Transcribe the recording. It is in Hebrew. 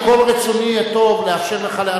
עם כל רצוני הטוב לאפשר לך,